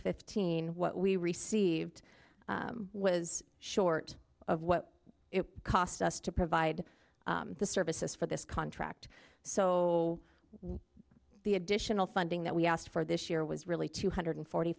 fifteen what we received was short of what it cost us to provide the services for this contract so the additional funding that we asked for this year was really two hundred forty